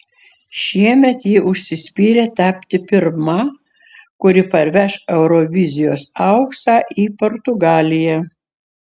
šiemet ji užsispyrė tapti pirma kuri parveš eurovizijos auksą į portugaliją